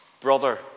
brother